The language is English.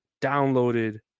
downloaded